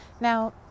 Now